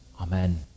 Amen